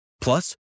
Plus